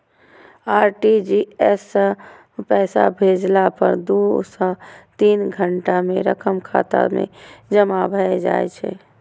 RTGS सं पैसा भेजला पर दू सं तीन घंटा मे रकम खाता मे जमा भए जाइ छै